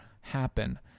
happen